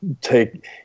take